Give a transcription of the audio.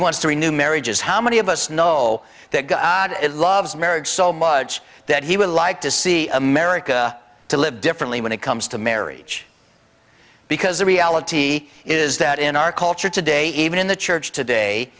wants to renew marriages how many of us know that god loves marriage so much that he would like to see america to live differently when it comes to marriage because the reality is that in our culture today even in the church today